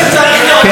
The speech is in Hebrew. צא, בבקשה.